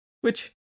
which